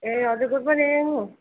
ए हजुर good morning